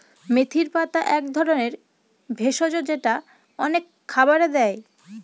মেথির পাতা এক ধরনের ভেষজ যেটা অনেক খাবারে দেয়